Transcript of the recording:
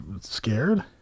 scared